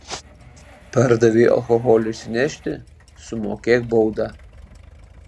pardavei alkoholio išsinešti sumokėk baudą